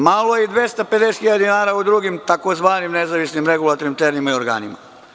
Malo je i 250.000 dinara u drugim tzv. nezavisnim regulatornim telima i organima.